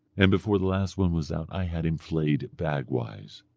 and before the last one was out i had him flayed bag-wise.